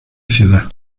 ciudad